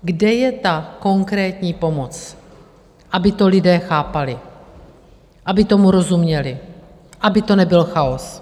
Kde je ta konkrétní pomoc, aby to lidé chápali, aby tomu rozuměli, aby to nebyl chaos?